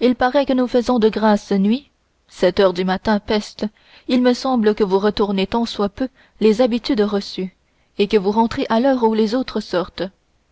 il paraît que nous faisons de grasses nuits sept heures du matin peste il me semble que vous retournez tant soit peu les habitudes reçues et que vous rentrez à l'heure où les autres sortent